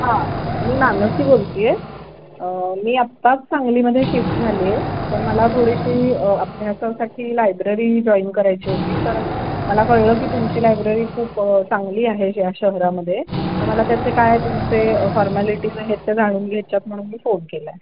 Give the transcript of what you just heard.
हां मी मानसी बोलत आहे मी आत्ताच सांगलीमध्ये शिफ्ट झाली आहे तर मला थोडीशी अभ्यासासाठी लायब्ररी जॉईन करायची होती तर मला कळलं की तुमची लायब्ररी खूप चांगली आहे या शहरामध्ये तर मला त्याचे काय तुमचे फॉर्मॅलिटीज आहेत त्या जाणून घ्यायच्या आहेत म्हणून मी फोन केला आहे